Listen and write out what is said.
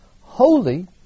holy